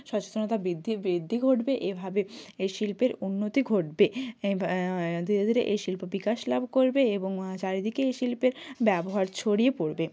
সচেতনতা বৃদ্ধি বৃদ্ধি ঘটবে এভাবে এই শিল্পের উন্নতি ঘটবে ধীরে ধীরে এই শিল্প বিকাশ লাভ করবে এবং চারিদিকে এই শিল্পের ব্যবহার ছড়িয়ে পড়বে